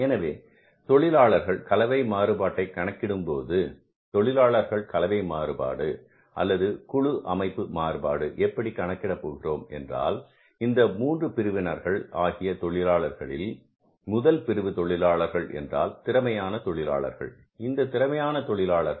எனவே தொழிலாளர் கலவை மாறுபாட்டை கணக்கிடும்போது தொழிலாளர் கலவை மாறுபாடு அல்லது குழு அமைப்பு மாறுபாடு எப்படி கணக்கிட போகிறோம் என்றால் இந்த மூன்று பிரிவினர்கள் ஆகிய தொழிலாளர்களில் முதல் பிரிவு தொழிலாளர்கள் என்றால் திறமையான தொழிலாளர்கள் இந்த திறமையான தொழிலாளர்கள்